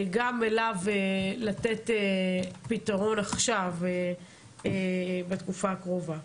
גם עליו לתת פתרון בתקופה הקרובה.